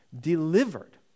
delivered